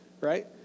right